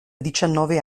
diciannove